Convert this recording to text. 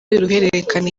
y’uruhererekane